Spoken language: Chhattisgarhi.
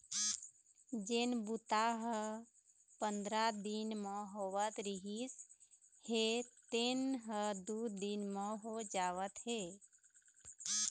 जेन बूता ह पंदरा दिन म होवत रिहिस हे तेन ह दू दिन म हो जावत हे